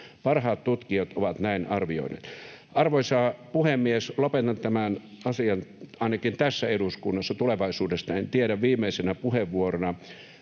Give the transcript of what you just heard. Parhaat tutkijat ovat näin arvioineet. Arvoisa puhemies! Lopetan tämän asian — ainakin tässä eduskunnassa, tulevaisuudesta en tiedä. Viimeisenä puheenvuorona: